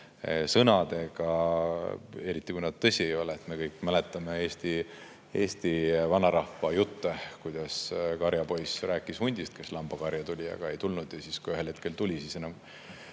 vehkida, eriti kui need tõsi ei ole. Me kõik mäletame eesti vanarahva juttu, kuidas karjapoiss rääkis hundist, kes lambakarja tuli, kuigi ei tulnud, ja kui ühel hetkel tuli, siis seda